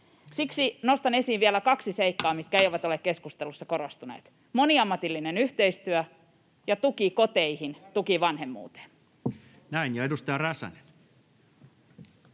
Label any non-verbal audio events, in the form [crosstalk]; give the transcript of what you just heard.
Siksi nostan esiin vielä kaksi seikkaa, [noise] mitkä eivät ole keskustelussa korostuneet: moniammatillinen yhteistyö ja tuki koteihin, tuki vanhemmuuteen. [Mika Niikko: Ja